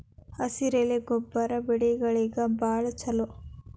ಹಸಿರೆಲೆ ಗೊಬ್ಬರ ಬೆಳೆಗಳಿಗೆ ಬಾಳ ಚಲೋ